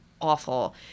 awful